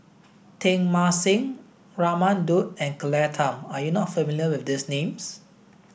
Teng Mah Seng Raman Daud and Claire Tham are you not familiar with these names